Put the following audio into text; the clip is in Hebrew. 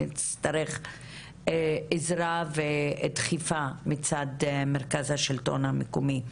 נצטרך עזרה ודחיפה מצד מרכז השלטון המקומי.